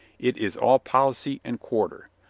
it is all policy and quarter.